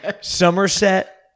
Somerset